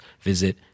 visit